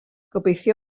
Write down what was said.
gobeithio